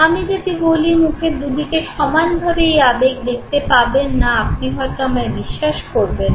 আমি যদি বলি মুখের দুদিকে সমান ভাবে এই আবেগ দেখতে পাবেন না আপনি হয়তো আমায় বিশ্বাস করবেন না